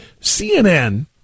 CNN